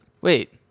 Wait